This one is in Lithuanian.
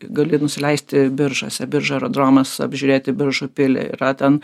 gali nusileisti biržuose biržų aerodromas apžiūrėti biržų pilį yra ten